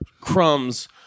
crumbs